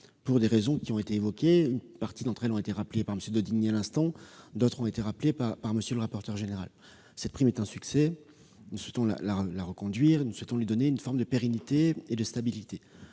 pour les raisons qui ont été évoquées. Une partie d'entre elles ont été rappelées par M. Daudigny à l'instant, d'autres ont été rappelées par M. le rapporteur général. Cette prime est un succès. Nous souhaitons la reconduire, en lui donnant une forme de pérennité et de stabilité,